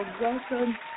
Welcome